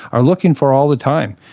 are looking for all the time.